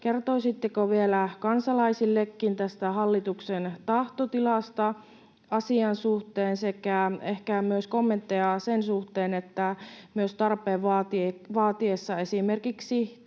kertoisitteko vielä kansalaisillekin tästä hallituksen tahtotilasta asian suhteen sekä ehkä myös kommentteja sen suhteen, että tarpeen vaatiessa esimerkiksi